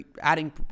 adding